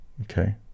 Okay